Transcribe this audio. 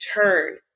turn